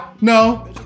No